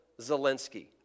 Zelensky